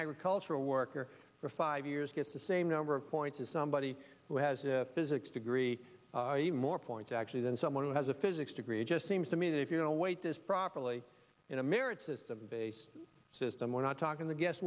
agricultural worker for five years gets the same number of points as somebody who has a physics degree even more points actually than someone who has a physics degree it just seems to me that if you know wait this properly in america system based system we're not talking the gues